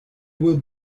will